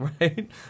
right